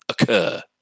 occur